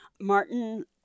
martin